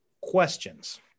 Questions